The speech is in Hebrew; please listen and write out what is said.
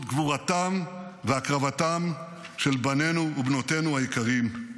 גבורתם והקרבתם של בנינו ובנותינו היקרים